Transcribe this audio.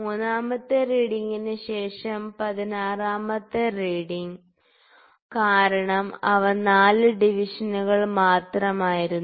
മൂന്നാമത്തെ റീഡിങ്ങിന് ശേഷം 16 മത്തെ റീഡിങ് കാരണം അവ 4 ഡിവിഷനുകൾ മാത്രമായിരുന്നു